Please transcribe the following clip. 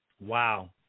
Wow